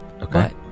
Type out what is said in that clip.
Okay